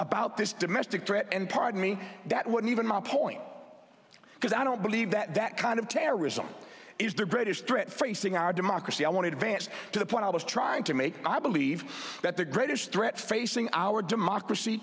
about this domestic threat and pardon me that would even my point because i don't believe that that kind of terrorism is the british threat facing our democracy i wanted to dance to the point i was trying to make i believe that the greatest threat facing our democracy